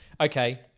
Okay